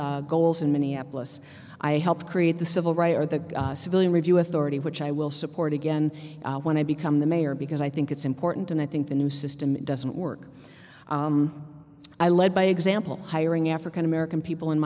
goals in minneapolis i helped create the civil rights or the civilian review authority which i will support again when i become the mayor because i think it's important and i think the new system doesn't work i lead by example hiring african american people in